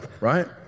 right